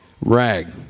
rag